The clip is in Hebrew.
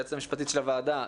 היועצת המשפטית של הוועדה,